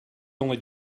only